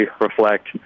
reflect